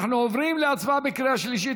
אנחנו עוברים להצבעה בקריאה שלישית.